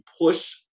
push